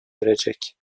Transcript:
erecek